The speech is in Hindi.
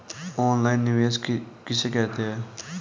ऑनलाइन निवेश किसे कहते हैं?